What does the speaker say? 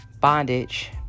bondage